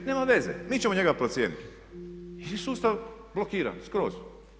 Nema veze, mi ćemo njega procijeniti jer je sustav blokiran skroz.